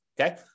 okay